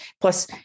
plus